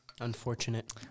Unfortunate